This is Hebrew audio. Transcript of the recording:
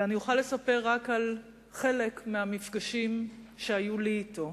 ואני אוכל לספר רק על חלק מהמפגשים שהיו לי אתו.